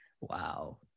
Wow